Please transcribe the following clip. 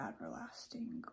everlasting